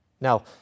Now